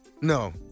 No